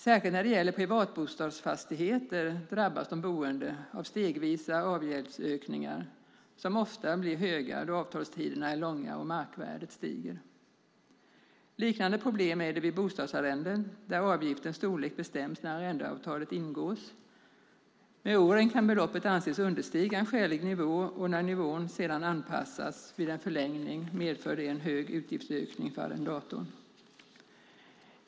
Särskilt när det gäller privatbostadsfastigheter drabbas de boende av stegvisa avgäldsökningar som ofta blir stora då avtalstiderna är långa och markvärdet stiger. Liknande problem är det vid bostadsarrenden där avgiftens storlek bestäms när arrendeavtalet ingås. Med åren kan beloppet anses understiga en skälig nivå, och när nivån sedan anpassas vid en förlängning medför det en stor utgiftsökning för arrendatorn.